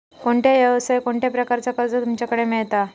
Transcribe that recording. कोणत्या यवसाय कोणत्या प्रकारचा कर्ज तुमच्याकडे मेलता?